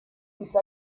ist